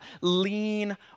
lean